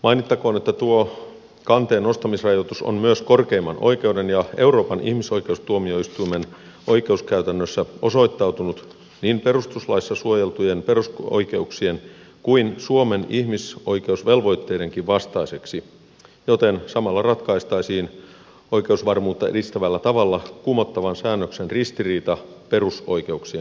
mainittakoon että tuo kanteen nostamisrajoitus on myös korkeimman oikeuden ja euroopan ihmisoikeustuomioistuimen oikeuskäytännössä osoittautunut niin perustuslaissa suojeltujen perusoikeuksien kuin suomen ihmisoikeusvelvoitteidenkin vastaiseksi joten samalla ratkaistaisiin oikeusvarmuutta edistävällä tavalla kumottavan säännöksen ristiriita perusoikeuksien kanssa